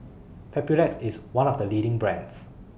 Papulex IS one of The leading brands